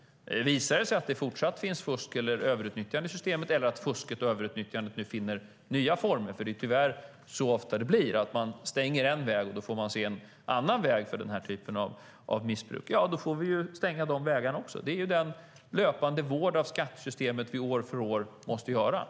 Om det visar sig att det fortsatt finns fusk eller överutnyttjande eller att fusket och överutnyttjande finner nya vägar - tyvärr är det ofta så att när man stänger en väg får man se en annan väg för missbruk - får vi stänga även de vägarna. Det är den löpande vård av skattesystemet som vi år för år måste ägna oss åt.